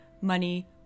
money